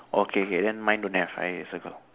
okay K then mine don't have I circle